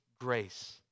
grace